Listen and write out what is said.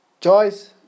Joyce